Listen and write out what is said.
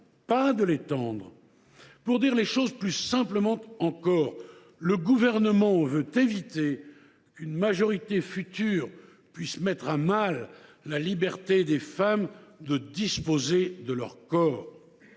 pas de l’étendre. Pour dire les choses plus simplement encore, le Gouvernement veut éviter qu’une majorité future puisse mettre à mal la liberté des femmes de disposer de leur corps.